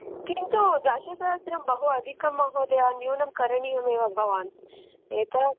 किन्तु दशसहस्रं बहु अधिकं महोदय न्यूनं करणीयमेव भवान् एतत्